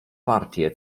partie